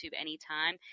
anytime